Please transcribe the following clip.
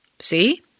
See